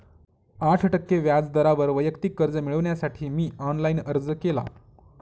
आठ टक्के व्याज दरावर वैयक्तिक कर्ज मिळविण्यासाठी मी ऑनलाइन अर्ज केला